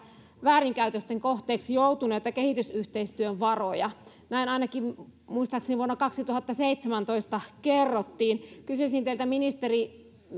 väärinkäytösten kohteeksi joutuneita kehitysyhteistyövaroja näin ainakin muistaakseni vuonna kaksituhattaseitsemäntoista kerrottiin kysyisin teiltä ministeri